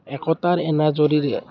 একতাৰ এনাজৰীৰে